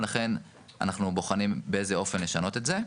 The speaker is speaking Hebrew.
ולכן אנחנו בוחנים באיזה אופן לשנות את זה.